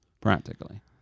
practically